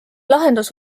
lahendus